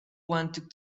wanted